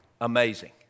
Amazing